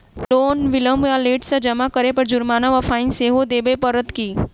Loan विलंब वा late सँ जमा करै पर जुर्माना वा फाइन सेहो देबै पड़त की?